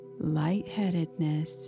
Lightheadedness